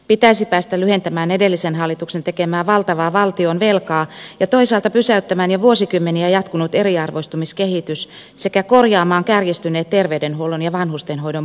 pitäisi päästä lyhentämään edellisen hallituksen tekemää valtavaa valtionvelkaa ja toisaalta pysäyttämään jo vuosikymmeniä jatkunut eriarvoistumiskehitys sekä korjaamaan kärjistyneet terveydenhuollon ja vanhustenhoidon puutteet